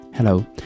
Hello